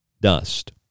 dust